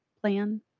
plan